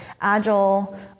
agile